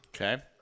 Okay